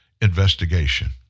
investigation